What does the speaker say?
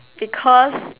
because